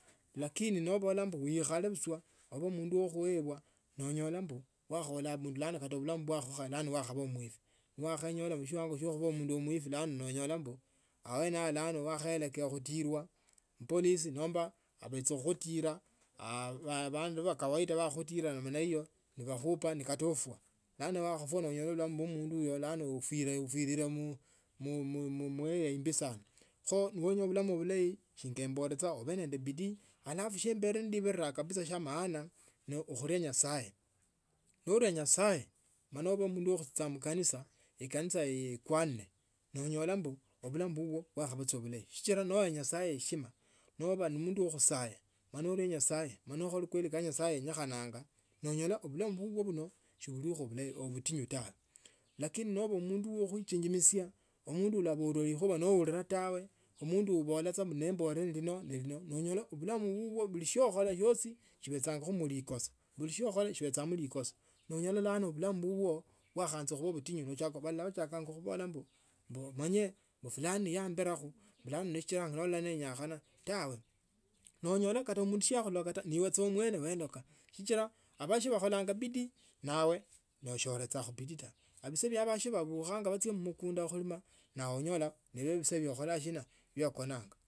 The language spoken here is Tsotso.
Lakini nobola mbu uikhale buchwa ube mundu wa khuebwa nonyola mbu oola abundu bulano kata bulamu bulano bwakhaba bwakhakhuya bulano bwakhaba butinyu ne wakhaba mufwinowinyola mushiwango shi khuba omufwi bulano nonyola mbu bulano wakhaela khutilwa na polisi nomba becha. Khukhutila bandu ba kawaida bakhakhutila ne bakhupa kata nofwa bulano ufile ufiliewe muaria imbi sana kho nowenya bulamu bulayi singa embolile ube nende bidii alafu shienbbera nibinora kabisa ni shindu shia maana ni khuna nyasaye naala ube mundu wa khuchia mkanisa ekanisa nekwaamile nonyola mbu bulamu bubwa bakwaba bulayi sechira nowa nyasaye heshima nomba mundu wa khusaya. Mala ene nyasaye mala oichile kye nyasaye yenyange nonyola bulamu bubwo shibulikho butinyu tawe lakini noba mundu wa khuitembelesha mundu ulopolwa likhuwa nobulila tawe omundu obola taa nembola hilo nelilo no onyola bulamu bulwo bula shikhola shiosi shibecha naamakoso bula shiokhola shibechimamo amakoso nonyola bulano bulamu bubwo bwakhaanza fulani yombenakho fulani sikila nyakholekho tawe. Nonyola kata mundu siyakhola ta. ni we saa mwene weloka sichila abashio bakholanga bidii nawe nasionechakho bidii tawe inse bya bandu babukha bachia mumukhano khulima nawe onyola nibe bisa bya okuma.